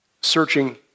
searching